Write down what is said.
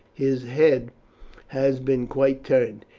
his head has been quite turned.